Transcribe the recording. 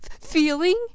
feeling